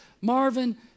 Marvin